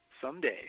someday